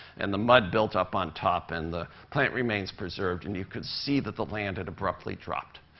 and the mud built up on top, and the plant remains preserved, and you could see that the land had abruptly dropped.